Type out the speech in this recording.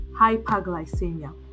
hyperglycemia